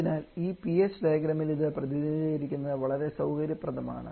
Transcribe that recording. അതിനാൽ ഈ Ph ഡയഗ്രാമിൽ ഇത് പ്രതിനിധീകരിക്കുന്നത് വളരെ സൌകര്യപ്രദമാണ്